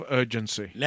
urgency